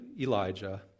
Elijah